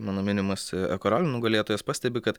mano minimas eko ralių nugalėtojas pastebi kad